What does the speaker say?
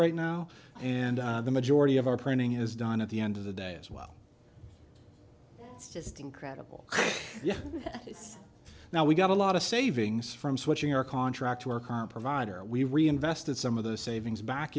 right now and the majority of our printing is done at the end of the day as well it's just incredible now we got a lot of savings from switching our contract to our current provider we reinvested some of the savings back